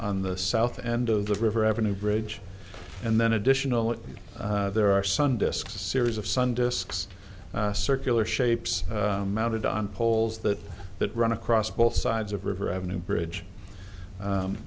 on the south end of the river avenue bridge and then additionally there are sun discs a series of sun disks circular shapes mounted on poles that that run across both sides of river avenue bridge